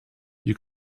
you